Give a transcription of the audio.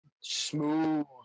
Smooth